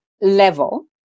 level